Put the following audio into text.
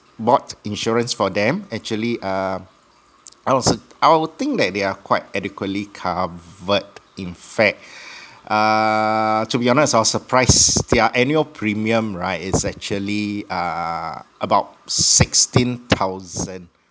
bought insurance for them actually err I was I will think that they are quite adequately covered in fact err to be honest I was surprised their annual premium right is actually err about sixteen thousand